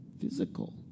Physical